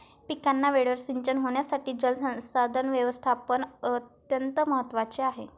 पिकांना वेळेवर सिंचन होण्यासाठी जलसंसाधन व्यवस्थापन अत्यंत महत्त्वाचे आहे